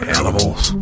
animals